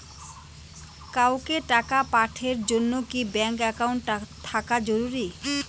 কাউকে টাকা পাঠের জন্যে কি ব্যাংক একাউন্ট থাকা জরুরি?